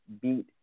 beat